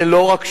זה לא רק שם.